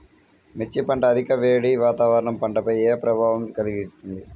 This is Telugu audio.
మిర్చి పంట అధిక వేడి వాతావరణం పంటపై ఏ ప్రభావం కలిగిస్తుంది?